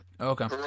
Okay